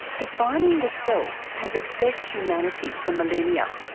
defining the self has obsessed humanity for millennia,